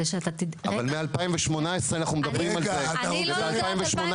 אבל מ-2018 אנחנו מדברים על זה --- רגע, רגע.